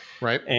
Right